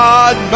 God